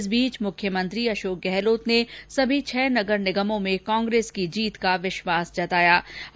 इस बीच मुख्यमंत्री अशोक गहलोत ने सभी छह नगर निगमों में कांग्रेस की जीत का विश्वास व्यक्त किया है